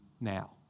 now